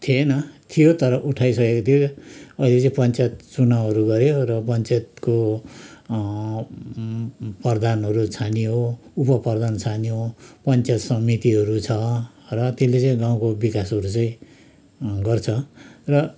थिएन थियो तर उठाइसकेको थियो अहिले चाहिँ पञ्च्याल चुनाउहरू भयो र पञ्च्यातको प्रघानहरू छानियो उप प्रधान छान्यो पञ्चायत समितिहरू छ र त्यसले चाहिँ गाउँको विकासहरू चाहिँ गर्छ र